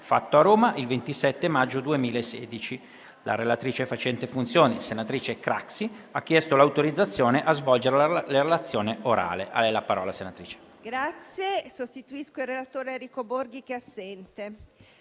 del disegno di legge n. 684. La relatrice facente funzioni, senatrice Craxi, ha chiesto l'autorizzazione a svolgere la relazione orale.